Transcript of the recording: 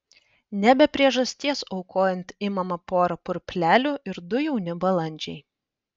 ne be priežasties aukojant imama pora purplelių ir du jauni balandžiai